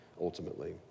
ultimately